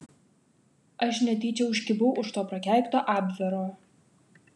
aš netyčia užkibau už to prakeikto abvero